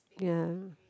ya